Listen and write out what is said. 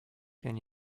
can